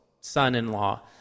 son-in-law